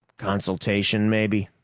consultation, maybe.